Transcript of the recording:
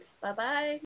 Bye-bye